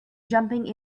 jumping